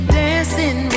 dancing